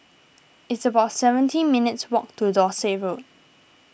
it's about seventeen minutes' walk to Dorset Road